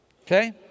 Okay